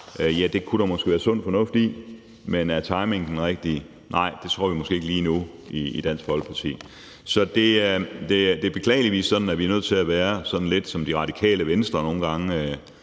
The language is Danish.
Ja, det kunne der måske være sund fornuft i, men er timingen den rigtige? Nej, det tror vi i Dansk Folkeparti måske ikke den er lige nu. Så det er beklageligvis sådan, at vi er nødt til at være sådan lidt, som Radikale Venstre nogle gange